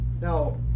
Now